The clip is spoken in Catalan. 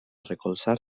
recolzar